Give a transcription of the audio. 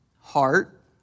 heart